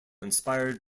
inspired